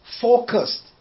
Focused